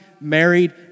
married